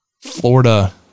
Florida